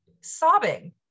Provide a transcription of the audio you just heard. sobbing